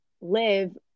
live